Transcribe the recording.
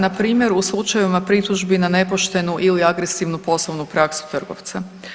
Na primjer u slučajevima pritužbi na nepoštenu ili agresivnu poslovnu praksu trgovca.